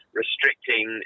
restricting